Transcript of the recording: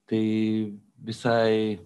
tai visai